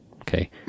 okay